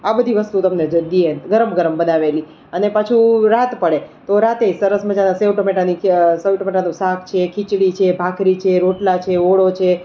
આ બધી વસ્તુઓ તમને દીયે બધી એમ ગરમ ગરમ બનાવેલી અને પાછું રાત પડે તો રાત્રે ય સરસ મજાનાં સેવ ટામેટાની સેવ ટામેટાનું શાક છે ખિચડી છે ભાખરી છે રોટલા છે ઓળો છે